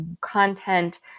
content